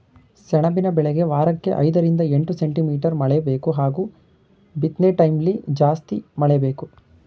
ಸೆಣಬಿನ ಬೆಳೆಗೆ ವಾರಕ್ಕೆ ಐದರಿಂದ ಎಂಟು ಸೆಂಟಿಮೀಟರ್ ಮಳೆಬೇಕು ಹಾಗೂ ಬಿತ್ನೆಟೈಮ್ಲಿ ಜಾಸ್ತಿ ಮಳೆ ಬೇಕು